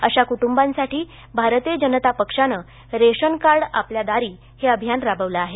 अशा कुटुंबांसाठी भारतीय जनता पक्षाने रेशनकार्ड आपल्या दारी हे अभियान राबवलं आहे